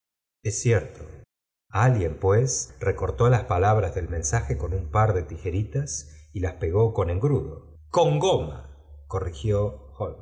es cierto alguien pues recortó las palabras engrudo c n im par de ti í eritah í laft pegó con con goma corrigió